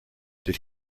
did